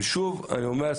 שוב אני אומר,